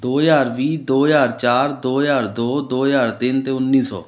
ਦੋ ਹਜ਼ਾਰ ਵੀਹ ਦੋ ਹਜ਼ਾਰ ਚਾਰ ਦੋ ਹਜ਼ਾਰ ਦੋ ਦੋ ਹਜ਼ਾਰ ਤਿੰਨ ਤੇ ਉੱਨੀ ਸੌ